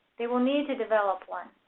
they will need to develop one.